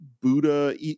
Buddha